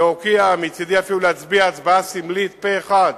להוקיע, מצדי אפילו להצביע הצבעה סמלית פה-אחד